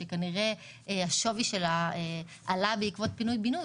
שכנראה השווי שלה עלה בעקבות פינוי בינוי,